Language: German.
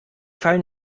fallen